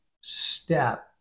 step